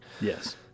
Yes